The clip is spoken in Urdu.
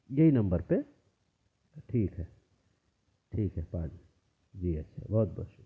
یہی نمبر پہ ٹھیک ہے ٹھیک ہے بعد جی اچھا بہت بہت شکریہ